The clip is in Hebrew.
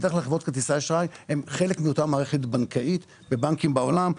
בדרך כלל חברות כרטיסי אשראי הן חלק מאותה מערכת בנקאית בבנקים בעולם.